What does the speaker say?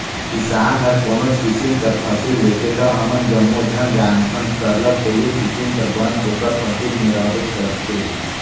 किसान हर कोनोच किसिम कर फसिल लेथे ता हमन जम्मो झन जानथन सरलग कइयो किसिम कर बन ओकर फसिल में रहबेच करथे